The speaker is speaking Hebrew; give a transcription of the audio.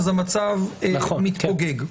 המצב מתפוגג.